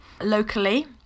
locally